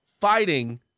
fighting